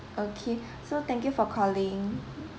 okay so thank you for calling